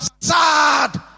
sad